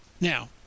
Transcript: Now